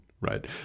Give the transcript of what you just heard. right